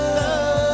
love